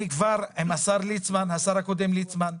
אני כבר דיברתי עם השר הקודם ליצמן,